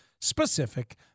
specific